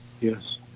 Yes